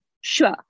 Sure